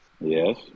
Yes